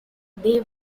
they